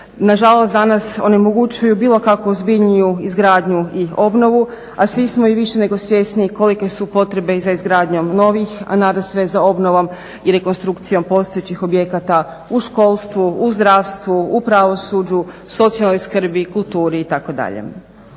nažalost danas onemogućuju bilo kakvu ozbiljniju izgradnju i obnovu, a svi smo i više nego svjesni kolike su potrebe i za izgradnjom novih, a nadasve za obnovom i rekonstrukcijom postojećih objekata u školstvu, u zdravstvu, u pravosuđu, socijalnoj skrbi, kulturi itd.